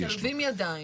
למיטב הבנתי,